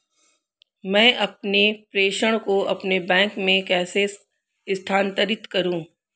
मैं अपने प्रेषण को अपने बैंक में कैसे स्थानांतरित करूँ?